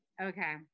Okay